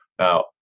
Now